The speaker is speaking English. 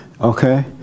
Okay